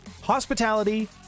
Hospitality